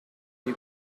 you